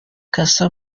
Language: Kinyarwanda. cassa